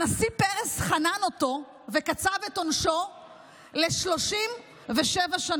הנשיא פרס חנן אותו וקצב את עונשו ל-37 שנים.